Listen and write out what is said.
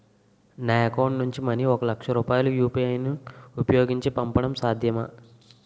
నా అకౌంట్ నుంచి మనీ ఒక లక్ష రూపాయలు యు.పి.ఐ ను ఉపయోగించి పంపడం సాధ్యమా?